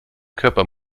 körper